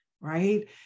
right